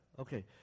Okay